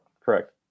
Correct